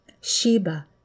Sheba